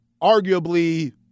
arguably